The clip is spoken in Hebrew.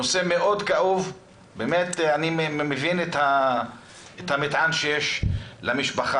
זה נושא מאוד כאוב ואני מבין את המטען שיש למשפחה